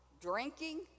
drinking